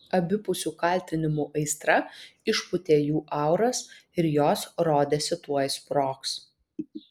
abipusių kaltinimų aistra išpūtė jų auras ir jos rodėsi tuoj sprogs